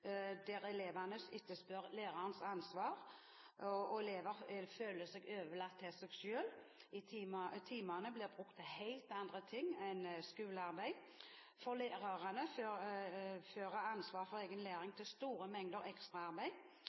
Elevene etterspør der lærerens ansvar. Elever føler seg overlatt til seg selv, og timene blir brukt til helt andre ting enn skolearbeid. For lærerne fører ansvar for egen læring til store mengder